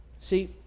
See